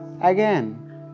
again